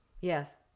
Yes